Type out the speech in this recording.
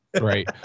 Right